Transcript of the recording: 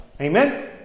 Amen